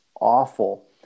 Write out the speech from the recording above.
awful